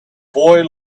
boy